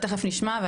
תכף אנחנו נשמע.